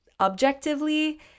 objectively